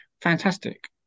Fantastic